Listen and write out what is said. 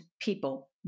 people